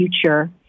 future